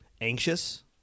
Anxious